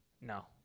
No